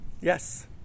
Yes